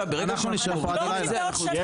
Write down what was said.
אף אחד לא אמר לך להכניס את זה מחר.